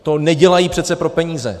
To nedělají přece pro peníze.